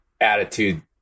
attitude